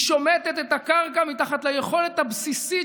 היא שומטת את הקרקע מתחת ליכולת הבסיסית